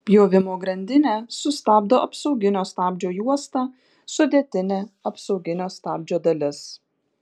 pjovimo grandinę sustabdo apsauginio stabdžio juosta sudėtinė apsauginio stabdžio dalis